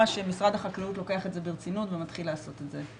שמשרד החקלאות לוקח את זה ברצינות ומתחיל לעשות את זה.